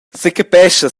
secapescha